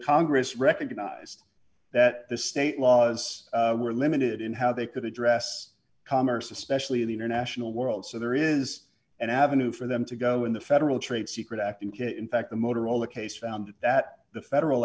congress recognized that the state laws were limited in how they could address commerce especially the international world so there is an avenue for them to go in the federal trade secret act and in fact the motorola case found that the federal